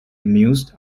amused